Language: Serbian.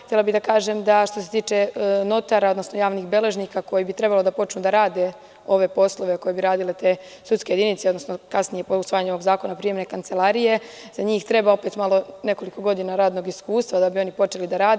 Htela bih da kažem da, što se tiče notara, odnosno javnih beležnika koji bi trebalo da počnu da rade ove poslove koje bi radile te sudske jedinice, odnosno po usvajanju ovog zakona, prijemne kancelarije, za njih treba opet nekoliko godina radnog iskustva da bi oni počeli da rade.